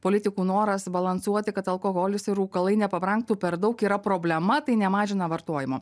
politikų noras subalansuoti kad alkoholis ir rūkalai nepabrangtų per daug yra problema tai nemažina vartojimo